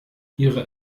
ihre